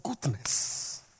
goodness